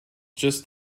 just